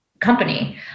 company